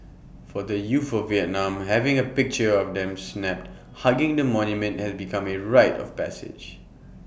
for the youth of Vietnam having A picture of them snapped hugging the monument has become A rite of passage